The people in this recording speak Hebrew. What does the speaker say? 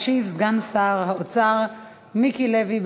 ישיב סגן שר האוצר מיקי לוי.